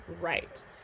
right